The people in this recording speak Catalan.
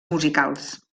musicals